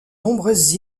nombreuses